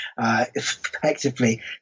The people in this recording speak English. effectively